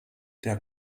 der